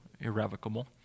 irrevocable